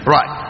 Right